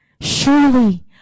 Surely